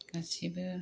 गासैबो